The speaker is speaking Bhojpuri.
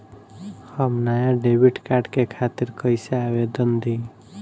हम नया डेबिट कार्ड के खातिर कइसे आवेदन दीं?